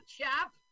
chap